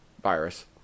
virus